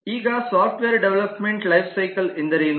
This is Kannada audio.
ಈಗ ಸಾಫ್ಟ್ವೇರ್ ಡೆವಲಪ್ಮೆಂಟ್ ಲೈಫ್ಸೈಕಲ್ ಎಂದರೇನು